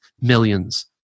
millions